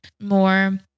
more